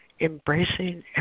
embracing